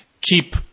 keep